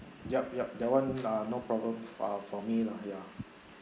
yup yup that [one] uh no problem far for me lah ya